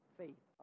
faith